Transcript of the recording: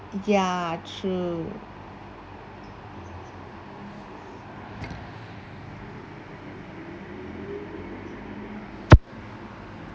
ya true